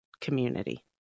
community